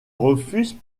refuse